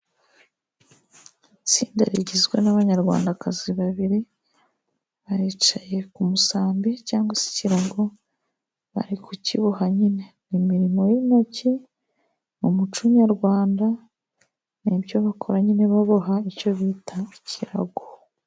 Itsinda rigizwe n'abanyarwandakazi babiri baricaye ku musambi cyangwa se ikirago bari ku kiboha. Nyine imirimo y'intoki mu muco nyarwanda nibyo bakora nyine baboha icyo bita ikirago.